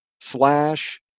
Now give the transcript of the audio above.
slash